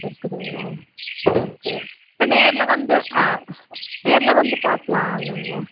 இருக்குதுங்களா ஓகே இப்போ நேரில் வந்து ஆ நேரில் வந்து பார்க்கலாம் இல்லைங்களா